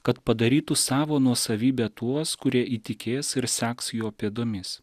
kad padarytų savo nuosavybe tuos kurie įtikės ir seks jo pėdomis